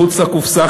מחוץ לקופסה,